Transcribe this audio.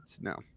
no